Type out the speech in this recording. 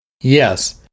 Yes